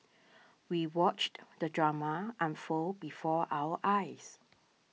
we watched the drama unfold before our eyes